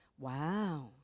Wow